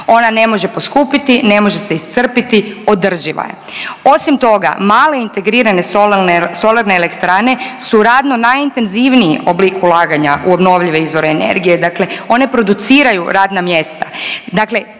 Ona ne može poskupiti, ne može se iscrpiti, održiva je. Osim toga, male integrirane solarne elektrane su radno najintenzivniji oblik ulaganja u obnovljive izvore energije, dakle one produciraju radna mjesta.